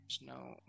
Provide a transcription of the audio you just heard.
no